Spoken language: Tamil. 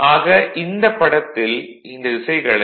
ஆக இந்தப் படத்தில் இந்த திசைகளை